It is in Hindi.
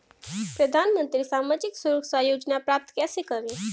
प्रधानमंत्री सामाजिक सुरक्षा योजना प्राप्त कैसे करें?